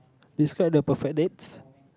describe the perfect dates